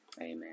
Amen